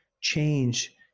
change